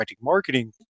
marketing